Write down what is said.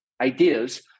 ideas